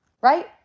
right